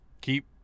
keep